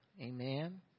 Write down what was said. Amen